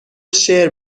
شعر